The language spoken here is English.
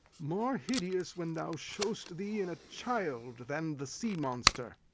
more hideous when thou show'st thee in a child than the sea-monster!